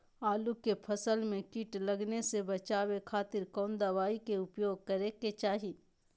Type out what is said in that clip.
आलू के फसल में कीट लगने से बचावे खातिर कौन दवाई के उपयोग करे के चाही?